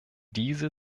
diese